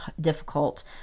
difficult